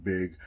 Big